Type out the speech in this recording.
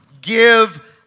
give